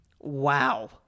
Wow